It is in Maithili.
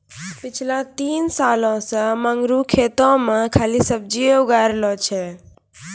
पिछला तीन सालों सॅ मंगरू खेतो मॅ खाली सब्जीए उगाय रहलो छै